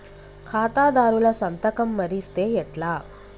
ఖాతాదారుల సంతకం మరిస్తే ఎట్లా?